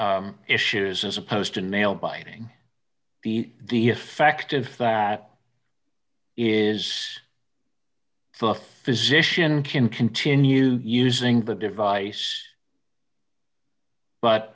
issues as opposed to nail biting be the effective that is for a physician can continue using the device but